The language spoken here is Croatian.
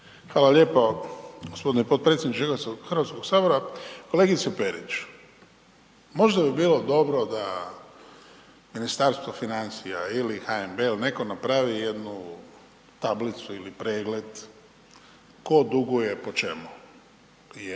Hvala lijepo. Gospodine potpredsjedniče Hrvatskog sabora. Kolegice Perić, možda bi bilo dobro da Ministarstvo financija ili HNB ili netko napravi jednu tablicu ili pregled tko duguje po čemu, jer